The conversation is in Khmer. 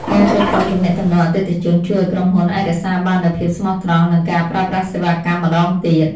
ការគ្រប់គ្រងទំនាក់ទំនងអតិថិជនជួយឱ្យក្រុមហ៊ុនអាចរក្សាបាននូវភាពស្មោះត្រង់និងការប្រើប្រាស់សេវាកម្មម្តងទៀត។